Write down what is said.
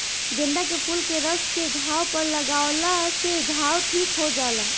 गेंदा के फूल के रस के घाव पर लागावला से घाव ठीक हो जाला